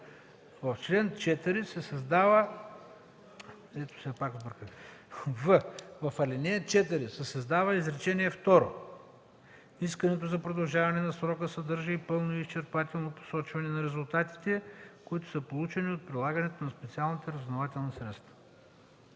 в ал. 4 се създава изречение второ: „Искането за продължаване на срока съдържа и пълно и изчерпателно посочване на резултатите, които са получени от прилагането на специалните разузнавателни средства.”